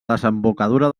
desembocadura